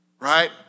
Right